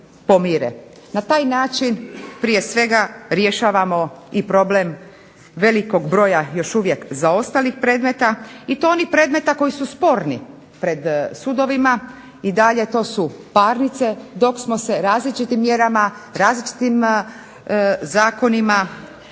Na taj način prije svega rješavamo i problem velikog broja još uvijek zaostalih predmeta i to onih predmeta koji su sporni pred sudovima. I dalje to su parnice dok smo se različitim mjerama, različitim zakonima